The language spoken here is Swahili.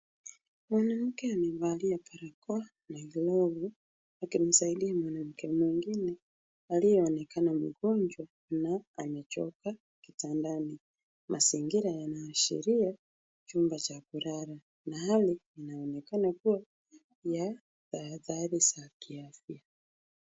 Wanamke anavalia barakoa na glovu, lakini saili ya mwanamke mwingine aliyeonekana mgonjwa na amechoka kitandani. Mazingira yanaashiria chumba cha kulala, na hali inaonekana kuwa ya tahadhari za kiafya.